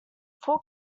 four